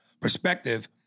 perspective